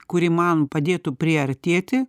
kuri man padėtų priartėti